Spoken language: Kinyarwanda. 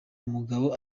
mugabo